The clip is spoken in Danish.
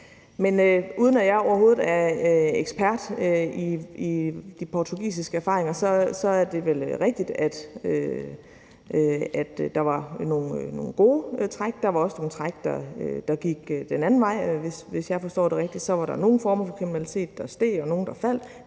Uden at jeg overhovedet er ekspert i de portugisiske erfaringer, er det vel rigtigt, at der var nogle gode træk, og at der også var nogle træk, der gik den anden vej. Hvis jeg forstår det rigtigt, var der nogle former for kriminalitet knyttet til stofmisbrug, der